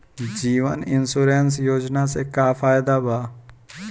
जीवन insurance योजना से का फायदा बा?